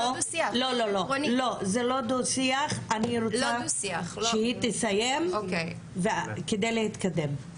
אני רוצה שהיא תסיים כדי להתקדם.